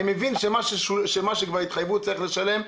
אני מבין שמה שיש לגביו התחייבות צריך לשלם,